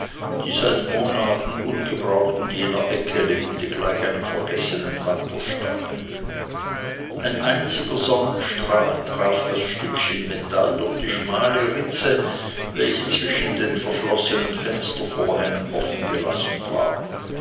die seit monaten ungebraucht in jener ecke lehnte gleich einem vergessenen wanderstabe ein einziger sonnenstrahl traf das stückchen metall durch die schmale ritze welche zwischen den verschlossenen fenstervorhängen offengelassen war